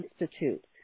Institute